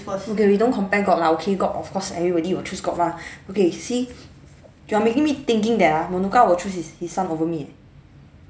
okay we don't compare god lah okay god of course everybody will choose god mah okay see you're making me thinking there ah menuka will choose his his son over me eh